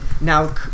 Now